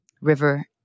River